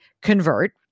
convert